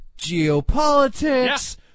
Geopolitics